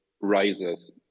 rises